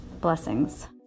Blessings